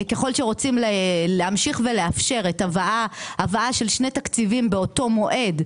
ככל שרוצים להמשיך ולאפשר הבאת שני תקציבים באותו מועד,